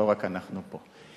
לא רק אנחנו פה,